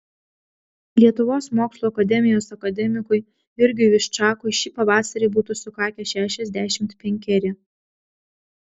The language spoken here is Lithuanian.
lietuvos mokslų akademijos akademikui jurgiui viščakui šį pavasarį būtų sukakę šešiasdešimt penkeri